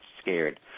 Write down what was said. Scared